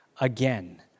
again